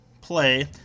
play